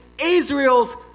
Israel's